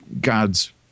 God's